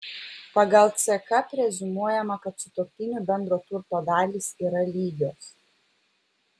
pagal ck preziumuojama kad sutuoktinių bendro turto dalys yra lygios